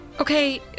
Okay